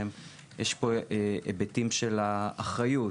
יש פה היבטים של האחריות,